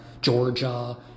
Georgia